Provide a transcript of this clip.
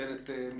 תן את משנתך.